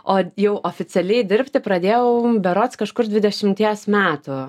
o jau oficialiai dirbti pradėjau berods kažkur dvidešimties metų